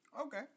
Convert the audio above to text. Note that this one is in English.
Okay